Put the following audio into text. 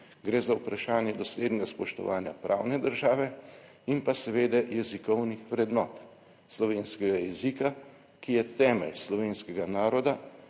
gre za vprašanje doslednega spoštovanja pravne države in pa seveda jezikovnih vrednot slovenskega jezika, ki je temelj slovenskega naroda,